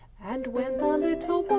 and when the little